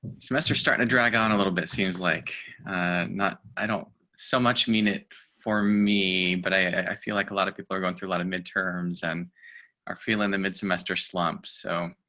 semester starting to drag on a little bit seems like not i don't so much mean it for me. but i feel like a lot of people are going through a lot of midterms and are feeling the mid semester slumps so